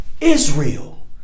Israel